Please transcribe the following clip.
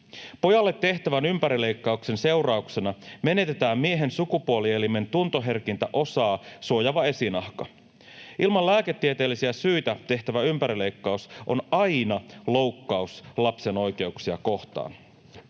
Pojalle tehtävän ympärileikkauksen seurauksena menetetään miehen sukupuolielimen tuntoherkintä osaa suojaava esinahka. Ilman lääketieteellisiä syitä tehtävä ympärileikkaus on aina loukkaus lapsen oikeuksia kohtaan.